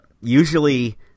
usually